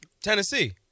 Tennessee